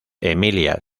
emilia